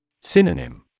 Synonym